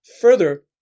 Further